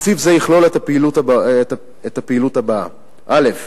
תקציב זה יכלול את הפעילות הבאה: א.